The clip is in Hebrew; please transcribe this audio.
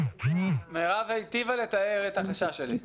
מירב היטיבה לתאר את החשש שלי.